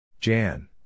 Jan